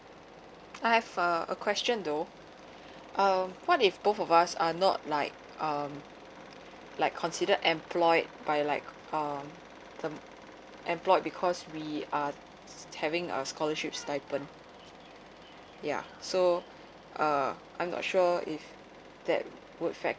I have a a question though err what if both of us are not like um like consider employed by like um the mm employed because we are having a scholarships stipend ya so uh I'm not sure if that would affect